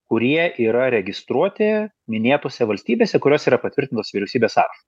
kurie yra registruoti minėtose valstybėse kurios yra patvirtinus vyriausybės sąrašus